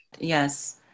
Yes